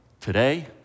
today